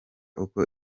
uko